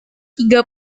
tiga